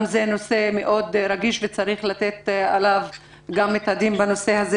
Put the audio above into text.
זה נושא רגיש מאוד וצריך לתת עליו את הדעת,